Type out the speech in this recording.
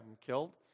killed